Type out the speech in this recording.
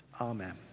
Amen